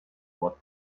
what